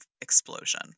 explosion